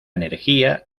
energía